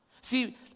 See